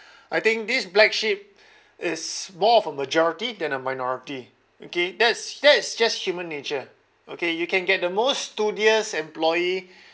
I think this black sheep is more of a majority than a minority okay that's that's just human nature okay you can get the most studious employee